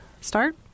start